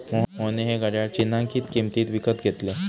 मोहनने हे घड्याळ चिन्हांकित किंमतीत विकत घेतले